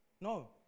No